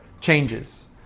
changes